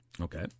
Okay